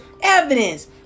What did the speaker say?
evidence